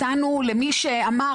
למי שאמר,